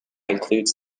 includes